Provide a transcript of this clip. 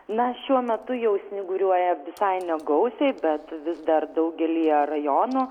na šiuo metu jau snyguriuoja visai negausiai bet vis dar daugelyje rajonų